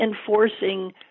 enforcing